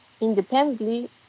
independently